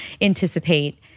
anticipate